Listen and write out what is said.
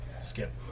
Skip